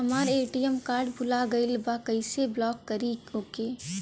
हमार ATM card भूला गईल बा कईसे ब्लॉक करी ओके?